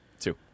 Two